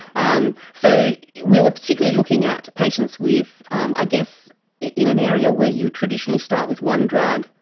um so we were particularly looking at patients with um i guess in an area where you traditionally start with one drug,